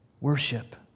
Worship